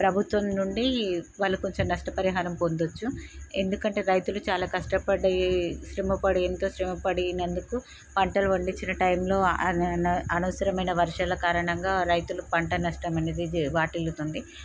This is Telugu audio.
ప్రభుత్వం నుండి వాళ్ళు కొంచెం నష్ట పరిహారం పొందచ్చు ఎందుకంటే రైతులు చాలా కష్టపడ్డ శ్రమ పడి ఎంతో శ్రమ పడినందుకు పంటలు పండించిన టైంలో అనవసరమైన వర్షాల కారణంగా రైతులు పంట నష్టం అనేది వాటిల్లుతుంది